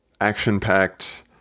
action-packed